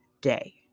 day